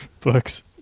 books